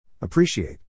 Appreciate